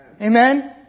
Amen